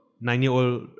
Nine-year-old